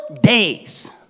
days